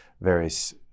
various